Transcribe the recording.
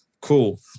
Cool